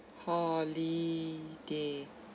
holiday